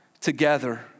together